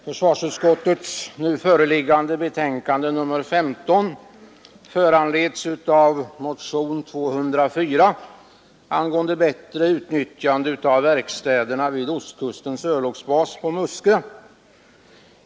Herr talman! Försvarsutskottets nu föreliggande betänkande nr 15 föranleds av motionen 204 angående bättre utnyttjande av verkstäderna vid Ostkustens örlogsbas på Muskö.